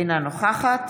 אינה נוכחת